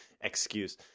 excuse